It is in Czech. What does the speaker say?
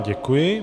Děkuji.